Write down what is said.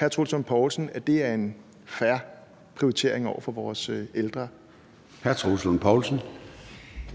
Hr. Troels Lund Poulsen. Kl. 13:36 Troels Lund Poulsen (V):